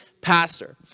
pastor